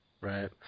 Right